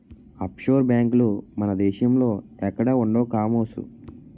offshore బేంకులు మన దేశంలో ఎక్కడా ఉండవు కామోసు